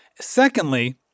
Secondly